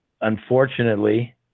Unfortunately